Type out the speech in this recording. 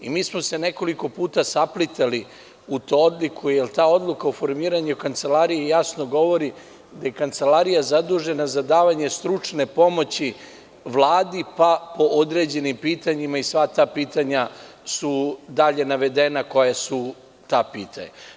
Mi smo se nekoliko puta saplitali oko te odluke, jer ta odluka o formiranju Kancelarije jasno govori da je Kancelarija zadužena za davanje stručne pomoći Vladi, pa po određenim pitanjima i sva ta pitanja su dalja navedena koja su ta pitanja.